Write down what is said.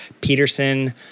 peterson